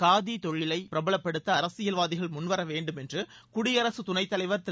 காதி தொழிலை பிரபலப்படுத்த அரசியல்வாதிகள் முன்வர வேண்டும் என்று குடியரசு துணைத் தலைவர் திரு